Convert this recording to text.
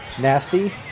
Nasty